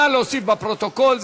נא להוסיף לפרוטוקול.